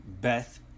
Beth